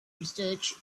research